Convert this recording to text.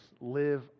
live